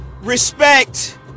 respect